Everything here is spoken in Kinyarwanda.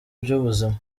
by’ubuzima